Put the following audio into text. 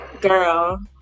Girl